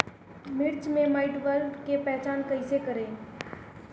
मिर्च मे माईटब्लाइट के पहचान कैसे करे?